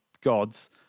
gods